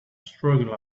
struggle